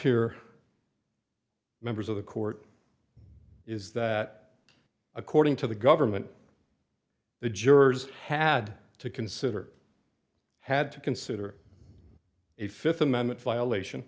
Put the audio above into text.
are members of the court is that according to the government the jurors had to consider had to consider a th amendment violation